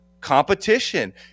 competition